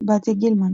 בתיה גילמן.